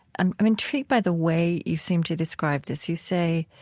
i'm i'm intrigued by the way you seem to describe this. you say